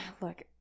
Look